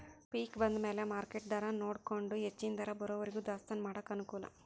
ಪಿಕ್ ಬಂದಮ್ಯಾಲ ಮಾರ್ಕೆಟ್ ದರಾನೊಡಕೊಂಡ ಹೆಚ್ಚನ ದರ ಬರುವರಿಗೂ ದಾಸ್ತಾನಾ ಮಾಡಾಕ ಅನಕೂಲ